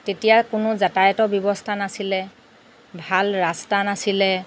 তেতিয়া কোনো যাতায়তৰ ব্যৱস্থা নাছিলে ভাল ৰাস্তা নাছিলে